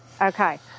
Okay